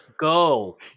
go